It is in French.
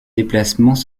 déplacements